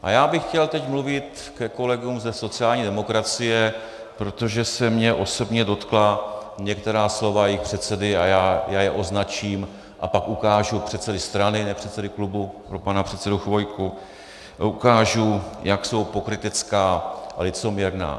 A já bych chtěl teď mluvit ke kolegům se sociální demokracie, protože se mě osobně dotkla některá slova jejich předsedy, a já je označím a pak ukážu předsedy strany, ne předsedy klubu pro pana předsedu Chvojku ukážu, jak jsou pokrytecká a licoměrná.